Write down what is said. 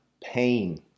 pain